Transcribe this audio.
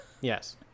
yes